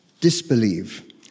disbelieve